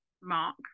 Mark